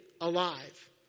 alive